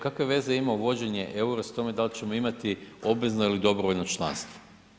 Kakve veze ima uvođenje eura s time da li ćemo imati obvezno ili dobrovoljno članstvo?